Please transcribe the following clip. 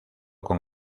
con